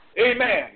Amen